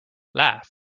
laugh